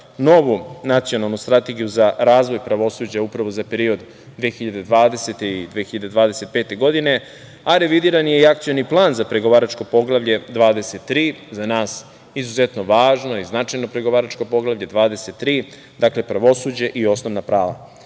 novu Nacionalnu strategiju za razvoj pravosuđa, a upravo za period od 2020. do 2025. godine, a revidiran je i Akcioni plan za pregovaračko Poglavlje 23. Za nas izuzetno važno i značajno pregovaračko Poglavlje 23 – Pravosuđe i osnovna prava. Nova